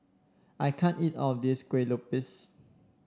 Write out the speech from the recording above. I can't eat all of this Kuih Lopes